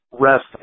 rest